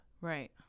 Right